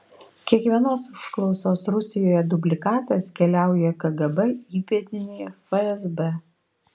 kiekvienos užklausos rusijoje dublikatas keliauja kgb įpėdinei fsb